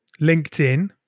LinkedIn